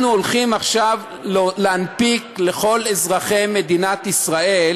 אנחנו הולכים עכשיו להנפיק לכל אזרחי מדינת ישראל